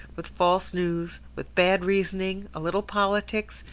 with false news, with bad reasoning, a little politics,